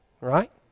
right